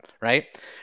right